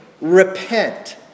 repent